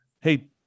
Hey